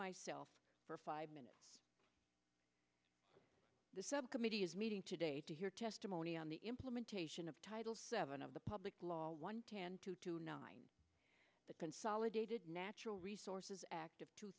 myself for five minutes the subcommittee is meeting today to hear testimony on the implementation of title seven of the public law one can to tonight the consolidated natural resources act of two